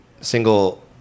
single